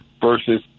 versus